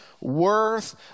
worth